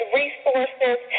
resources